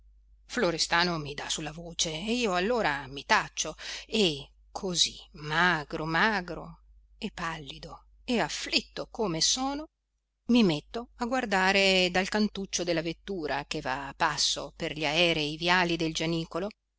giacerò florestano mi dà sulla voce e io allora mi taccio e così magro magro e pallido e afflitto come sono mi metto a guardare dal cantuccio della vettura che va a passo per gli aerei viali del gianicolo